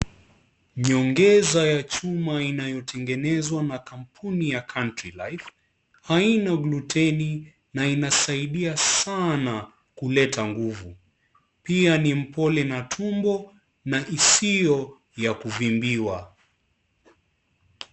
Nyongeza ya chuma inayo tengenezwa na kampuni ya County Life, Haina cluteni na inasaidia sana kuleta nguvu. Pia ni mpole na tumbo na isiyo ya kuvimbiwa.